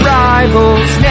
rivals